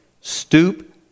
Stoop